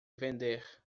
vender